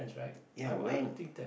ya when